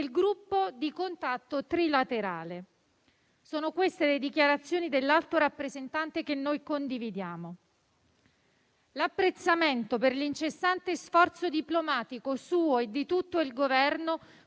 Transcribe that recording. Gruppo di contatto trilaterale. Sono queste le dichiarazioni dell'Alto rappresentante che noi condividiamo. L'apprezzamento per l'incessante sforzo diplomatico suo e di tutto il Governo